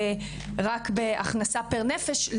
רק בהכנסה פר נפש,